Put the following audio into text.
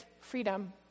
freedom